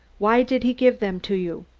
why did he give them to you?